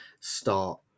start